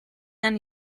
anni